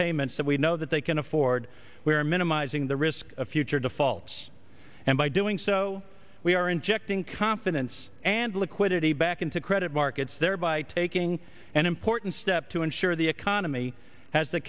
payments that we know that they can afford we are minimizing the risk of future defaults and by doing so we are injecting confidence and liquidity back into credit markets thereby taking an important step to ensure the economy has the